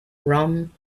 rum